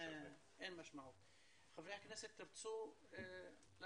היום 16 בדצמבר 2020. על